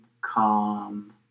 calm